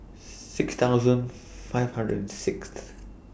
six thousand five hundred and Sixth